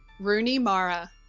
rooney mara.